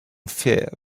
fear